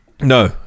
No